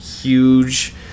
huge